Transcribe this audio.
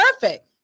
perfect